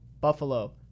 buffalo